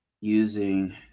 using